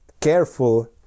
careful